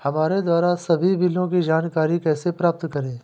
हमारे द्वारा सभी बिलों की जानकारी कैसे प्राप्त करें?